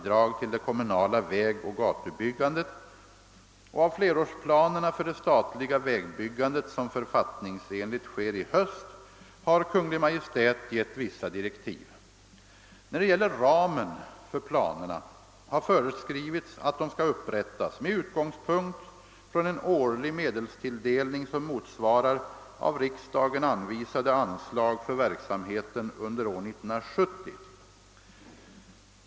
det som författningsenligt sker i höst har Kungl. Maj:t gett vissa direktiv. När det gäller ramen för planerna har föreskrivits att de skall upprättas med utgångspunkt från en årlig medelstilldelning som motsvarar av riksdagen anvisade anslag för verksamheten under år 1970.